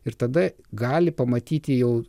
ir tada gali pamatyti jau